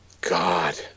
God